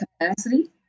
capacity